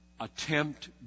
Attempt